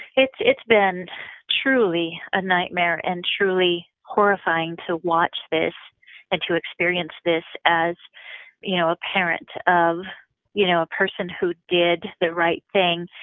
it's it's been truly a nightmare, and truly horrifying, to watch this and to experience this as you know a parent of you know a person who did the right thing.